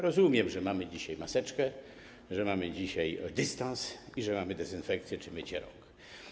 Rozumiem, że mamy dzisiaj maseczkę, że mamy dzisiaj dystans i że mamy dezynfekcję czy mycie rąk.